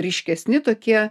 ryškesni tokie